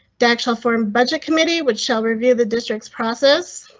the actual form budget committee, which shall review the districts process.